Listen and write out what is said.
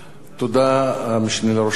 תודה, המשנה לראש הממשלה.